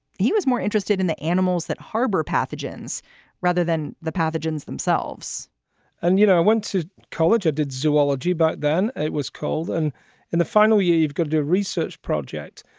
he was more interested in the animals that harbor pathogens rather than the pathogens themselves and, you know, i went to college, i did zoology, but then it was cold. and in the final year, you've got a research project.